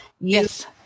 Yes